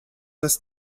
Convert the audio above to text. das